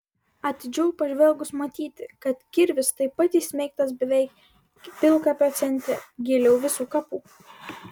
atidžiau pažvelgus matyti kad kirvis taip pat įsmeigtas beveik pilkapio centre giliau visų kapų